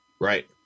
Right